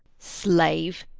slave,